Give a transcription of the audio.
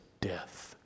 death